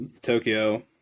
Tokyo